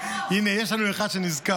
הינה, יש לנו אחד שנזכר.